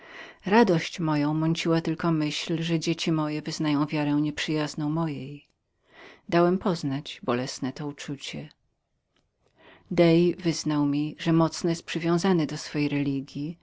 radość moją mieszała tylko myśl że dzieci moje wyznawały wiarę nieprzyjazną mojej dałem poznać bolesne to uczucie dej wyznał mi że mocno był przywiązanym do swojej religji